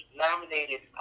nominated